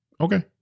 okay